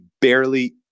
barely